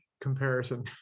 comparison